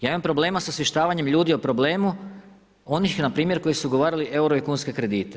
Ja imam problema sa osvještavanjem ljudi o problemu onih npr. koji su ugovarali euro i kunske kredite.